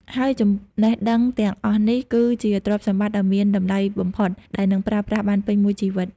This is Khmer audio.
ហើយចំណេះដឹងទាំងអស់នេះ គឺជាទ្រព្យសម្បត្តិដ៏មានតម្លៃបំផុតដែលនឹងប្រើប្រាស់បានពេញមួយជីវិត។